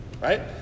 Right